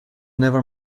never